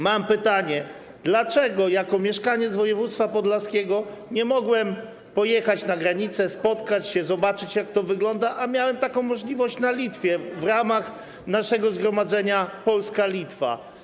Mam pytanie: Dlaczego jako mieszkaniec województwa podlaskiego nie mogłem pojechać na granicę, spotkać się, zobaczyć, jak to wygląda, a miałem taką możliwość na Litwie w ramach naszego zgromadzenia Polska-Litwa?